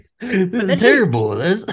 Terrible